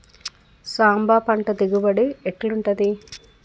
సాంబ పంట దిగుబడి ఎట్లుంటది?